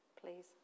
please